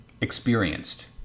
experienced